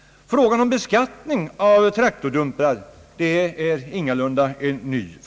Frågan om beskattning av traktordumprar är ingalunda ny.